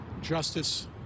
justice